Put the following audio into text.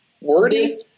Wordy